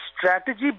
strategy